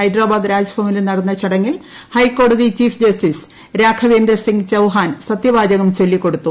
ഹൈദരാബാദ് രാജ്ഭവനിൽ നടന്ന ചടങ്ങിൽ ഹൈക്കോടതി ചീഫ്ജസ്റ്റിസ് രാഘവേന്ദ്ര സിങ് ചൌഹാൻ സത്യവാചകം ചൊല്ലിക്കൊടുത്തു